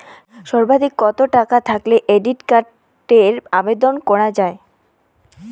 সর্বাধিক কত টাকা থাকলে ক্রেডিট কার্ডের আবেদন করা য়ায়?